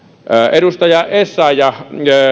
edustaja essayah